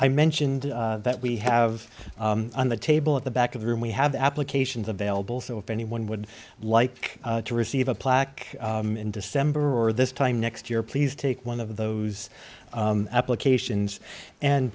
i mentioned that we have on the table at the back of the room we have applications available so if anyone would like to receive a plaque in december or this time next year please take one of those applications and